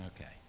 Okay